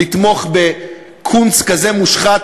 לתמוך בקונץ כזה מושחת?